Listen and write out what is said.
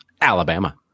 Alabama